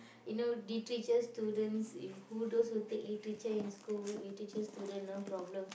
you know literature students if who those who take literature in school literature students no problem